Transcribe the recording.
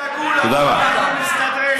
אל תדאגו לנו, אנחנו מסתדרים.